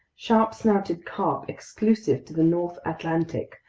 sharp-snouted carp exclusive to the north atlantic,